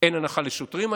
אין היום הנחה לשוטרים,